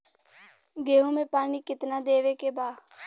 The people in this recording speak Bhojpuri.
गेहूँ मे पानी कितनादेवे के बा?